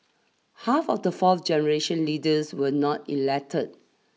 half of the fourth generation leaders were not elected